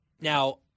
Now